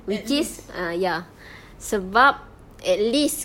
which is ah ya sebab at least